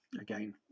again